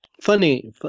funny